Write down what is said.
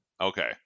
Okay